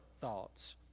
thoughts